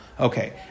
Okay